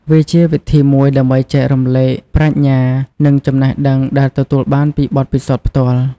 វាជាវិធីមួយដើម្បីចែករំលែកប្រាជ្ញា និងចំណេះដឹងដែលទទួលបានពីបទពិសោធន៍ផ្ទាល់។